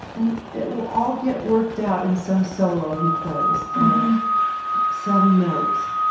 and it will all get worked out in some solo he plays or some notes